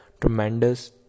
tremendous